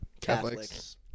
Catholics